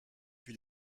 plus